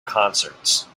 concerts